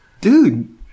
Dude